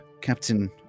Captain